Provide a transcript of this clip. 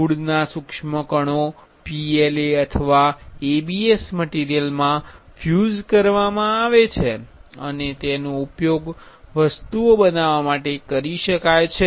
વુડના સુક્ષ્મ કણો PLA અથવા ABS મટીરિયલમાં ઇંફયુઝ કરવામા આવે છે અને તેનો ઉપયોગ વસ્તુઓ બનાવવા માટે કરી શકાય છે